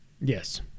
Yes